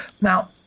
now